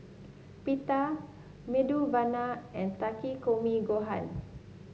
Pita Medu Vada and Takikomi Gohan